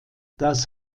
das